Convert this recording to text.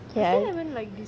then